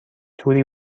توری